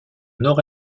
nord